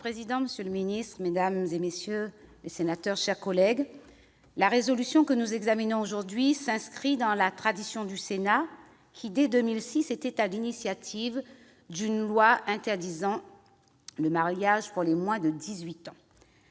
Monsieur le président, monsieur le secrétaire d'État, mes chers collègues, la résolution que nous examinons aujourd'hui s'inscrit dans la tradition du Sénat, qui, dès 2006, était à l'initiative d'une loi interdisant le mariage pour les moins de 18 ans.